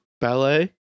ballet